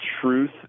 truth